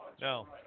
No